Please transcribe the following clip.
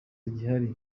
gihari